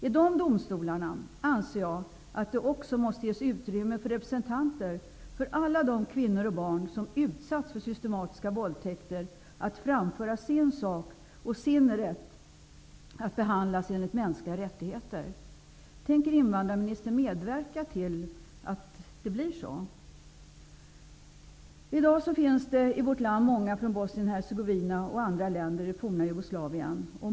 I de domstolarna anser jag att det också måste ges utrymme för representanter för alla de kvinnor och barn som har utsatts för systematiska våldtäkter, så att de kan framföra sin sak och sin rätt att behandlas enligt mänskliga rättigheter. Tänker invandrarministern medverka till att det blir så? I dag finns det i vårt land många från Bosnien Hercegovina och från andra länder i forna Jugoslavien.